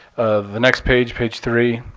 the next page, page three.